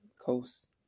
coast